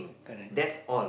correct